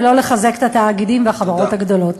ולא לחזק את התאגידים והחברות הגדולות.